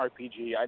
RPG